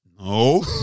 No